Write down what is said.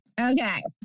Okay